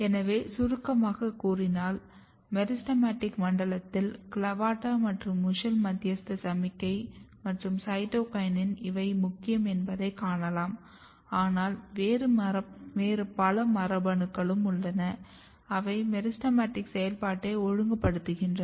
எனவே சுருக்கமாகக் கூறினால் மெரிஸ்டெமடிக் மண்டலத்தில் CLAVATA மற்றும் WUSCHEL மத்தியஸ்த சமிக்ஞை மற்றும் சைட்டோகினின் இவை முக்கியம் என்பதை காணலாம் ஆனால் வேறு பல மரபணுக்களும் உள்ளன அவை மெரிஸ்டெமடிக் செயல்பாட்டை ஒழுங்குபடுத்துகின்றன